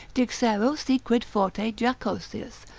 dixero si quid forte jocosius,